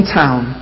town